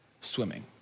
swimming